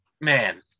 man